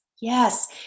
yes